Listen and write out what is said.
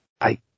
I-